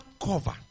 cover